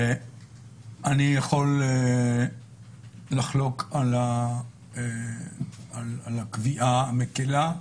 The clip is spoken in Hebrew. אני יכול לחלוק על הקביעה המקלה,